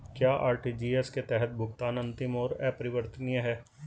क्या आर.टी.जी.एस के तहत भुगतान अंतिम और अपरिवर्तनीय है?